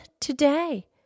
today